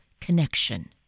connection